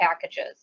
packages